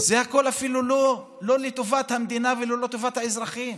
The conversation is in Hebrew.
זה הכול אפילו לא לטובת המדינה ולא לטובת האזרחים.